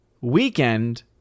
weekend